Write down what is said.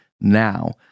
now